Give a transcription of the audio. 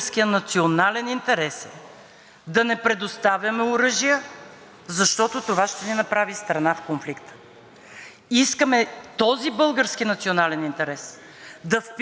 Искаме този български национален интерес да впишем в европейския и в световния ред, тоест да има мир и в Европа, и в света.